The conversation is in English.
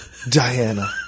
Diana